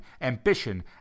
ambition